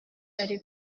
ari